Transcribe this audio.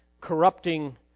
corrupting